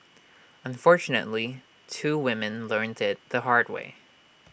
unfortunately two women learnt IT the hard way